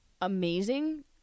amazing